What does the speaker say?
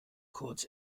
kurz